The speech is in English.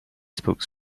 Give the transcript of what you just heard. spoke